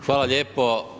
Hvala lijepo.